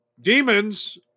demons